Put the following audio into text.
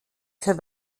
für